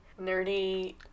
nerdy